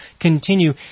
continue